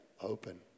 Open